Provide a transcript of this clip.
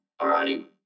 Alrighty